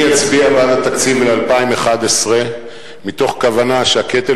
אני אצביע בעד התקציב ל-2011 מתוך כוונה שהקטל